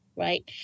right